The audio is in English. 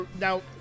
Now